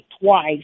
twice